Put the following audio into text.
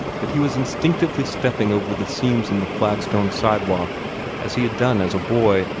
that he was instinctively stepping over the seams in the flagstone sidewalk as he had done as a boy.